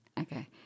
Okay